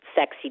sexy